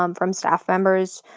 um from staff members,